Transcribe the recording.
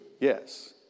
Yes